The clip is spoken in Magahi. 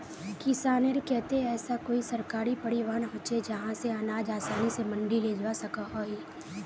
किसानेर केते ऐसा कोई सरकारी परिवहन होचे जहा से अनाज आसानी से मंडी लेजवा सकोहो ही?